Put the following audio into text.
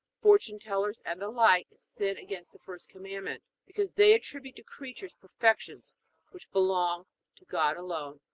fortunetellers and the like, sin against the first commandment, because they attribute to creatures perfections which belong to god alone.